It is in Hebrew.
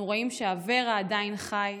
שבו אנחנו רואים שאברה עדיין חי,